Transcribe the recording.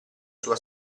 sua